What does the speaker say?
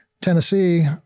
Tennessee